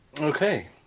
Okay